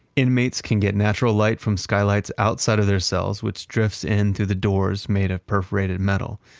inmates can get natural light from skylights outside of their cells, which drifts into the doors made of perforated metal.